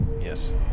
yes